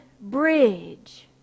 bridge